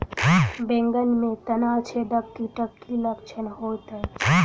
बैंगन मे तना छेदक कीटक की लक्षण होइत अछि?